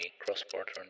cross-border